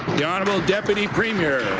the honorable deputy premier.